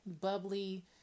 bubbly